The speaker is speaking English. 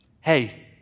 Hey